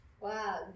Wow